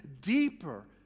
deeper